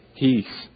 peace